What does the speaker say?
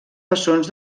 bessons